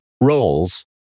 roles